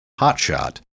hotshot